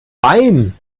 bein